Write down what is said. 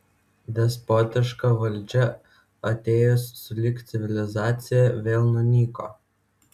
despotiška valdžia atėjusi sulig civilizacija vėl nunyko